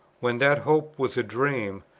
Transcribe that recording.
when that hope was a dream,